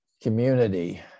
community